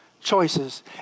choices